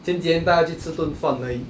见见带她去吃顿饭而已